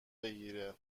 بگیره